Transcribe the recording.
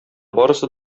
барысы